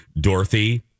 dorothy